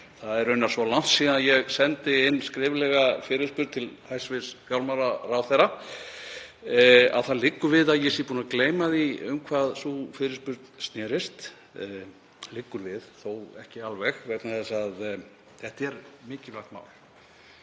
Það er raunar svo langt síðan ég sendi inn skriflega fyrirspurn til hæstv. fjármálaráðherra að það liggur við að ég sé búinn að gleyma því um hvað sú fyrirspurn snerist. Liggur við en þó ekki alveg vegna þess að þetta er mikilvægt mál